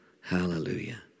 Hallelujah